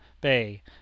Bay